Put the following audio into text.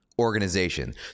Organization